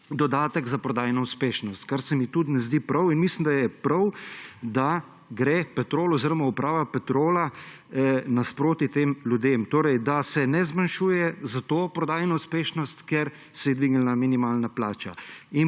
dodatek za prodajno uspešnost, kar se mi tudi ne zdi prav. Mislim, da je prav, da gre Petrol oziroma uprava Petrola naproti tem ljudem, da se ne zmanjšuje zato prodajno uspešnost, ker se je dvignila minimalna plača,